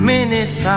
Minutes